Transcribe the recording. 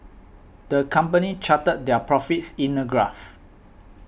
the company charted their profits in a graph